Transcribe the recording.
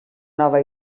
nova